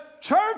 church